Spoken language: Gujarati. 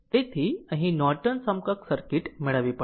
તેથી અહીં નોર્ટન સમકક્ષ સર્કિટ મેળવવી પડશે